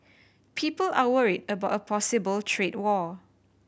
people are worried about a possible trade war